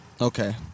Okay